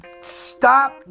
stop